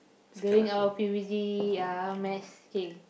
during our P_U_B_G uh mass K